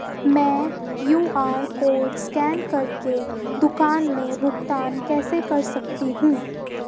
मैं QR code scan कर के दुकान में भुगतान कैसे कर सकती हूँ?